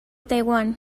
taiwán